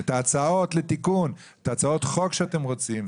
את ההצעות לתיקון, את הצעות החוק שאתם רוצים.